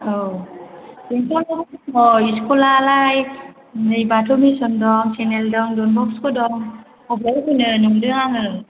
औ बेंटलाव दङ स्कुलालाय नै बाथौ मिसन दं दं डनबस्क दं अबाव होनो नंदों आङो